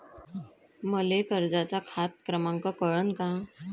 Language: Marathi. मले कर्जाचा खात क्रमांक कळन का?